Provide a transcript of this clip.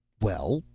well?